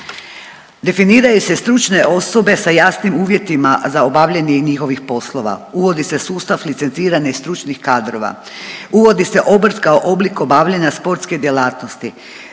definiraju se stručne osobe sa jasnim uvjetima za obavljanje njihovih poslova, uvodi se sustav licenciranja i stručnih kadrova, uvodi se obrt kao oblik obavljanja sportske djelatnosti,